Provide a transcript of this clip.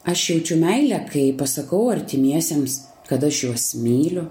aš jaučiu meilę kai pasakau artimiesiems kad aš juos myliu